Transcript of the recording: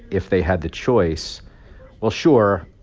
if they had the choice well, sure,